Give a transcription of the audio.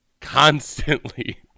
constantly